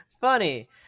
funny